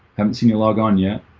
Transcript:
haven't seen you log on yet.